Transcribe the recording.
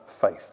faith